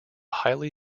highly